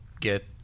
get